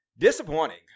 disappointing